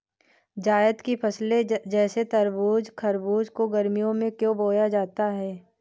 जायद की फसले जैसे तरबूज़ खरबूज को गर्मियों में क्यो बोया जाता है?